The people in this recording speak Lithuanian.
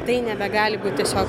tai nebegali būti tiesiog